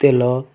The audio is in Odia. ତେଲ